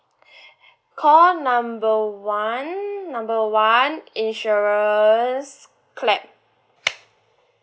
call number one number one insurance clap